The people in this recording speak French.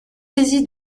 saisi